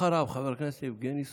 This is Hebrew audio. ואחריו, חבר הכנסת יבגני סובה.